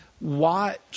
watch